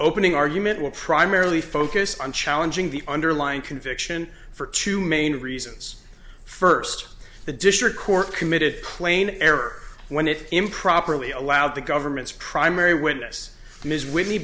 opening argument will primarily focus on challenging the underlying conviction for two main reasons first the district court committed plain error when it improperly allowed the government's primary witness ms whitney